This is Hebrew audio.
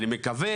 אני מקווה